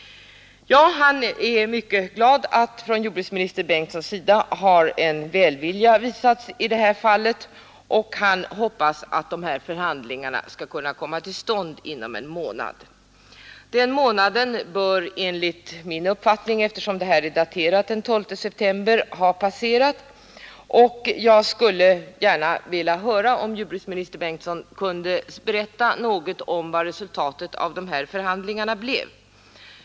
Jens Kampmann är mycket glad över att jordbruksminister Bengtsson visat välvilja i detta fall, och han hoppas att förhandlingar skall komma till stånd inom en månad. Denna månad bör, eftersom dessa handlingar är daterade den 12 september, ha passerat, och jag skulle därför gärna vilja höra om jordbruksminister Bengtsson kunde berätta något om vad resultatet av dessa förhandlingar blev.